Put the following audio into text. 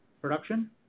production